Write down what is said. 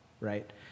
right